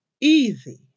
easy